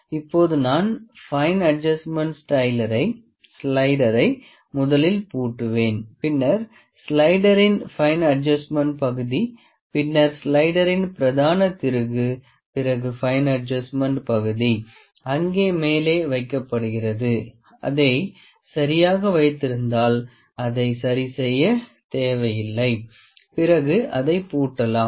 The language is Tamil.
இப்போது நான் ஃபயின் அட்ஜஸ்ட்மென்ட் ஸ்லைடரை முதலில் பூட்டுவேன் பின்னர் ஸ்லைடரின் ஃபயின் அட்ஜஸ்ட்மென்ட் பகுதி பின்னர் ஸ்லைடரின் பிரதான திருகு பிறகு பைன் அட்ஜஸ்ட்மென்ட் பகுதி அங்கே மேலே வைக்கப்படுகிறது அதை சரியாக வைத்திருந்தால் அதை சரி செய்ய தேவை இல்லை பிறகு அதை பூட்டலாம்